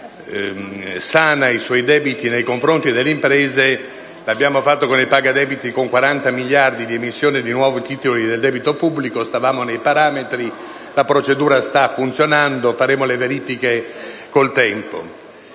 lo Stato sana i suoi debiti nei confronti delle imprese: l'abbiamo fatto con 40 miliardi di emissione di nuovi titoli del debito pubblico, stavamo nei parametri, la procedura sta funzionando, faremo le verifiche con il tempo.